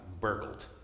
burgled